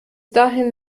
dahin